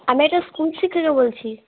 আমি একজন স্কুল শিক্ষিকা বলছি